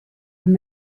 and